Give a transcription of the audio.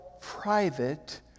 private